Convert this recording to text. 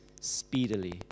speedily